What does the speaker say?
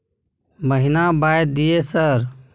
महीना बाय दिय सर?